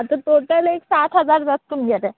आतां टोटल एक साठ हजार जात तुमगेलें